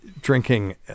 drinking